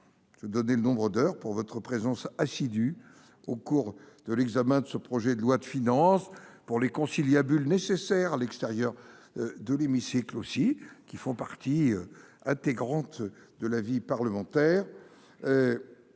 De donner le nombre d'heures pour votre présence assidue. Au cours de l'examen de ce projet de loi de finances pour les conciliabules nécessaires à l'extérieur. De l'hémicycle aussi qui font partie intégrante de la vie parlementaire.